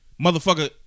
Motherfucker